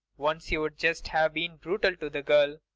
once you'd just have been brutal to the girl.